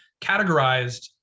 categorized